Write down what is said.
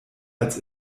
als